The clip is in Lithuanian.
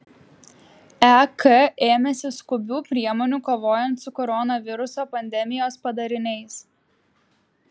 ek ėmėsi skubių priemonių kovojant su koronaviruso pandemijos padariniais